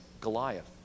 Goliath